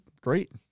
great